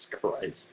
Christ